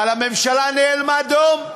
אבל הממשלה נאלמה דום.